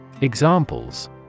Examples